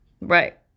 right